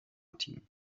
team